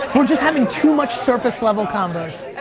we're just having too much surface level convos.